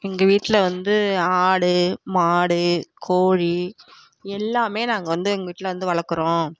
எங்கள் வீட்டில் வந்து ஆடு மாடு கோழி எல்லாம் நாங்கள் வந்து எங்கள் வீட்டில் வந்து வளக்கிறோம்